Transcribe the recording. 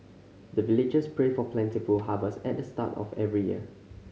the villagers pray for plentiful harvest at the start of every year